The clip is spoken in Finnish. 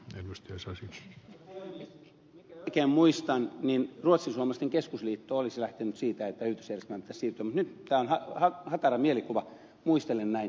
mikäli oikein muistan niin ruotsinsuomalaisten keskusliitto olisi lähtenyt siitä että hyvitysjärjestelmään pitäisi siirtyä nyt tämä on hatara mielikuva muistelen näin